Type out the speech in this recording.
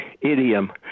idiom